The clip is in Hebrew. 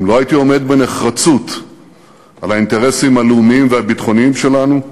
אם לא הייתי עומד בנחרצות על האינטרסים הלאומיים והביטחוניים שלנו,